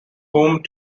home